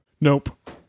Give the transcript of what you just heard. Nope